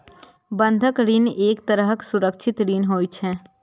बंधक ऋण एक तरहक सुरक्षित ऋण होइ छै